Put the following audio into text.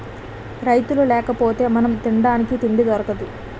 రైతులు లేకపోతె మనం తినడానికి తిండి దొరకదు